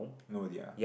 know their